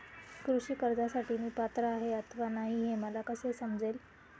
कृषी कर्जासाठी मी पात्र आहे अथवा नाही, हे मला कसे समजेल?